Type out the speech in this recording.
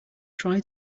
try